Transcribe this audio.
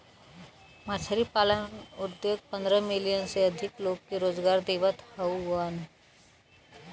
मछरी पालन उद्योग पंद्रह मिलियन से अधिक लोग के रोजगार देवत हउवन